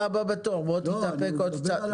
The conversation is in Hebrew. אביגדור, אתה הבא בתור, בוא תתאפק עוד קצת.